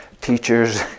teachers